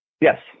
Yes